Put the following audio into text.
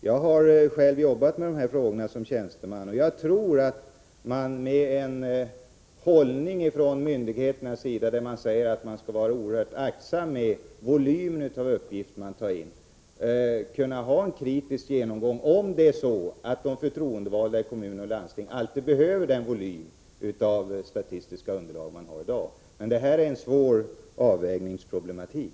Jag har själv jobbat med dessa frågor som tjänsteman, och jag tror att man med en hållning hos myndigheterna att vara oerhört aktsam med volymen av de uppgifter man tar in kan ha en kritisk genomgång, om det verkligen är så att de förtroendevalda i kommuner och landsting alltid behöver den volym av statistiskt underlag som man har i dag. Det här är en svår avvägningsproblematik.